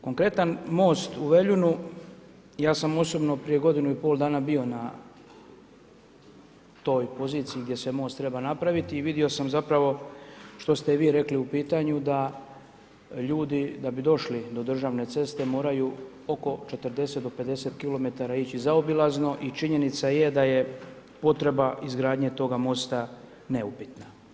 Konkretan most u Veljunu, ja sam osobno prije godinu i pol dana bio na toj poziciji gdje se most treba napraviti i vidio sam zapravo što ste i vi rekli u pitanju da ljudi da bi došli do državne ceste moraju oko 40 do 50km ići zaobilazno i činjenica je da je potreba izgradnje toga mosta neupitna.